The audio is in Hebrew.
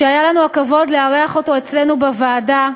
שהיה לנו הכבוד לארח אותו אצלנו בוועדה,